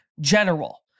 general